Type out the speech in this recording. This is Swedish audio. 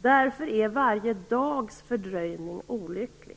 Därför är varje dags fördröjning olycklig.